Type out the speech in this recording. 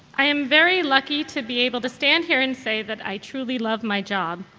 i am very lucky to be able to stand here and say that i truly love my job.